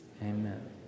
Amen